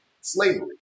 Slavery